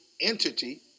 entity